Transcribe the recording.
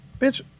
bitch